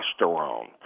testosterone